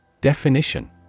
Definition